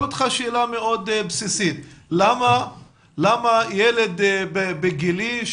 אותך שאלה מאוד בסיסית: למה ילד בגילי,